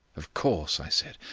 of course, i said,